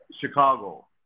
Chicago